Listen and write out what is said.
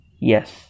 Yes